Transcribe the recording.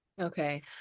Okay